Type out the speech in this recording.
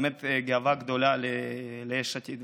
באמת גאווה גדולה ליש עתיד.